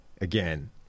again